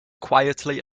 quietly